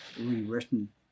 rewritten